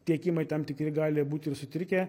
tiekimai tam tikri gali būt ir sutrikę